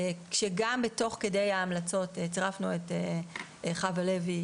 כשגם תוך כדי ההמלצות צירפנו את חוה לוי